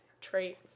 trait